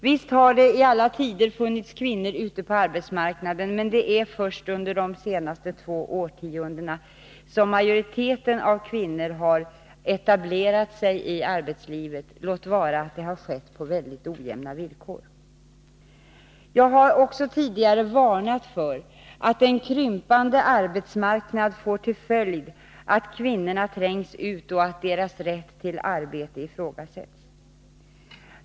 Visst har det i alla tider funnits kvinnor ute på arbetsmarknaden, men det är först under de senaste två årtiondena som majoriteten av kvinnor etablerat sig i arbetslivet, låt vara att det har skett på väldigt ojämna villkor. Jag har också tidigare varnat för att en krympande arbetsmarknad får till följd att kvinnorna trängs ut och att deras rätt till arbete ifrågasätts.